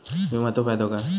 विमाचो फायदो काय?